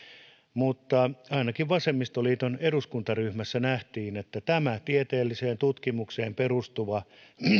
mutta ainakin vasemmistoliiton eduskuntaryhmässä nähtiin että tämä tieteelliseen tutkimukseen perustuva